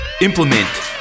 implement